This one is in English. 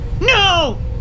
No